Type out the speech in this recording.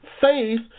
faith